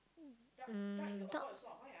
um duck